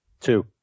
Two